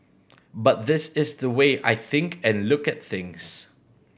but this is the way I think and look at things